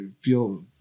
feel